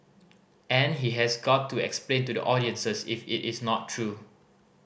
and he has got to explain to the audiences if it is not true